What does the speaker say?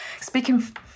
speaking